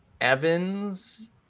Evans